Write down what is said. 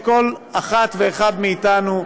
שהן מדינות שכל אחד ואחד מאתנו,